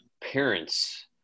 parents